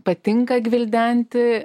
patinka gvildenti